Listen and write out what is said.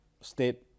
state